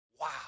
Wow